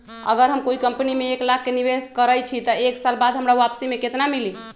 अगर हम कोई कंपनी में एक लाख के निवेस करईछी त एक साल बाद हमरा वापसी में केतना मिली?